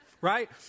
Right